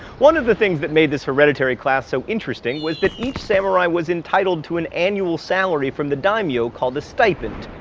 one of the things that made this hereditary class so interesting was that each samurai was entitled to an annual salary from the daimyo called a stipend.